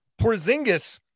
Porzingis